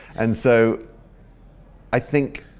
and so i think,